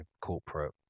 corporate